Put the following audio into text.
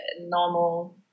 normal